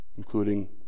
including